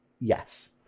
Yes